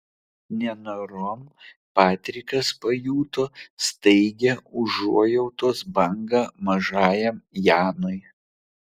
nenorom patrikas pajuto staigią užuojautos bangą mažajam janui